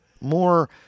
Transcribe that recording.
more